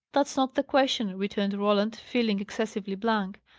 that's not the question, returned roland, feeling excessively blank.